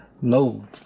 No